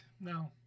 No